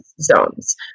zones